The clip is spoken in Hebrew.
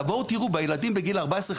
תבואו תראו בילדים בגיל 15-14,